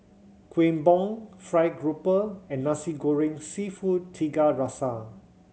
Kueh Bom fried grouper and Nasi Goreng Seafood Tiga Rasa